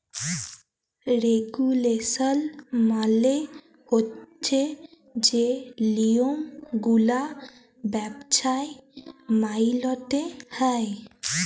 regulation মালে হছে যে লিয়মগুলা ব্যবছায় মাইলতে হ্যয়